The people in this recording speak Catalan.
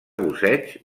busseig